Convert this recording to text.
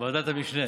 ועדת המשנה.